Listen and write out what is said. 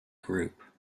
group